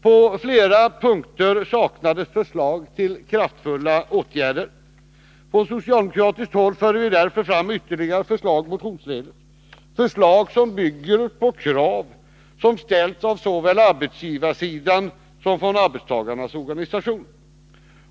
På flera punkter saknades förslag till kraftfulla åtgärder. Från socialdemokratiskt håll förde vi därför fram ytterligare förslag motionsledes, förslag som bygger på krav som ställts såväl från arbetsgivarsidan som från arbetstagarnas organisationer.